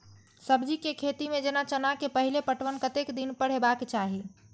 सब्जी के खेती में जेना चना के पहिले पटवन कतेक दिन पर हेबाक चाही?